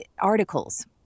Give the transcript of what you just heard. articles